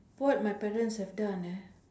what my parents have done ah